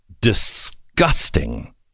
disgusting